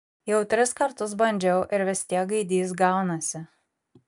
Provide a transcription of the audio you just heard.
jau tris kartus bandžiau ir vis tiek gaidys gaunasi